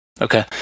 Okay